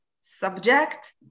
subject